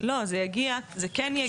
זה יגיע, זה כן יגיע.